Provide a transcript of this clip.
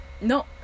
No